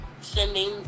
sending